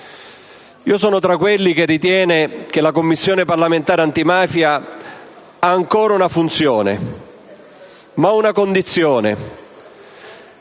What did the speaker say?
Io sono tra quelli che ritengono che la Commissione parlamentare antimafia abbia ancora una funzione, a condizione